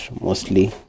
mostly